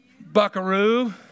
buckaroo